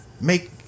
make